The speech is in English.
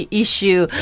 issue